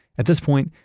at this point,